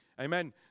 Amen